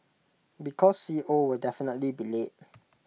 because C O will definitely be late